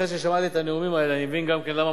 אחרי ששמעתי את הנאומים האלה אני מבין גם כן למה